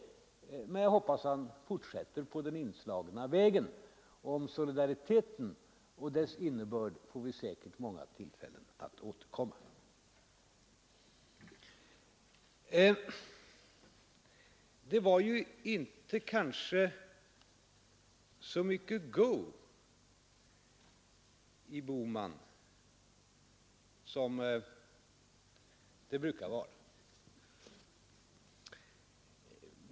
Men jag hoppas att han fortsätter på den inslagna vägen. Till solidariteten och dess innebörd får vi säkerligen många tillfällen att återkomma. Det var i dag kanske inte så mycket ”go” i herr Bohman som det brukar vara.